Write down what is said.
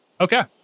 Okay